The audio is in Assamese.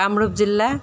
কামৰূপ জিলা